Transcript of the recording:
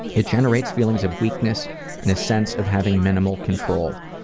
it generates feelings of weakness and a sense of having minimal control.